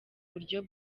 buryo